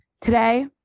today